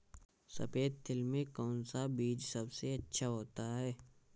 सफेद तिल में कौन सा बीज सबसे अच्छा होता है?